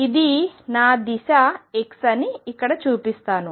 ఇది నా దిశ x అని ఇక్కడ చూపిస్తాను